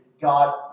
God